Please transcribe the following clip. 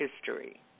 history